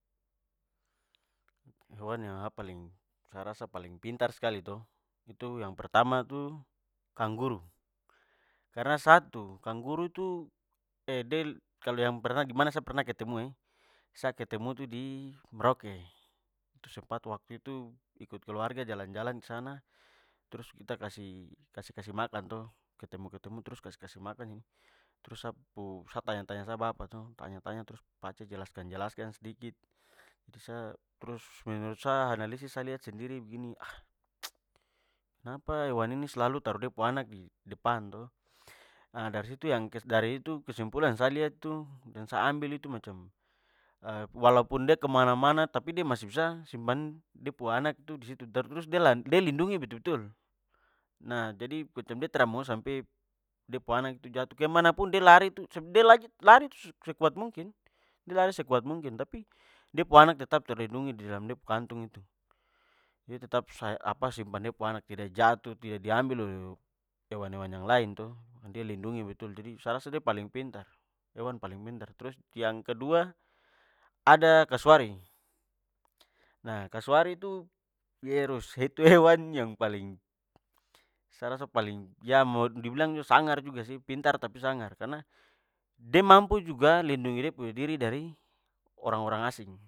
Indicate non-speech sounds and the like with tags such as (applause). Hewan yang sa paling- sa rasa paling pintar skali to itu yang pertama tu, kanguru. karna satu, kanguru tu (hesitation) (unintelligible) kalo yang pernah dimana sa pernah ketemu- (hesitation) sa ketemu itu di merauke. Itu sempat waktu itu ikut keluarga jalan-jalan disana, trus kita kasih kasih- kasih makan to, ketemu- ketemu trus kasih- kasih makan (unintelligible) trus sa pu- sa tanya-tanya sa bapa to, tanya-tanya- trus pace jelaskan-jelaskan sedikit. (unintelligible) trus menurut sa analisis lihat sendiri begini, (hesitation) kenapa hewan ini slalu taruh de pu anak di depan to, (hesitation) dari situ yang dari situ- kesimpulan yang sa lihat itu dan sa ambil itu macam, walaupun de kemana-mana, tapi de masih bisa simpan de pu anak tu disitu dan trus de lindungi betul-betul. Nah jadi macam de tra mau sampe de pu anak itu jatuh. Kemana pun de lari tu de lari lari- tu sekuat mungkin de lari sekuat mungkin- tapi de pu anak tetap terlindungi di dalam de pu kantong itu. De tetap (unintelligible) (hesitation) simpan de pu anak tidak jatuh. tidak diambil oleh hewan-hewan yang lain to, de lindungi betul. Sa rasa de paling pintar hewan paling pintar-. Trus yang kedua, ada kasuari. Nah, kasuari itu yerus (laughs) itu hewan yang paling sa rasa paling- ya, mo dibilang juga sangar juga sih! Pintar tapi sangar, karna d mampu juga lindungi de punya diri dari orang-orang asing.